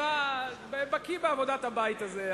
אתה בקי בעבודת הבית הזה,